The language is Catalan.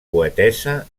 poetessa